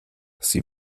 sie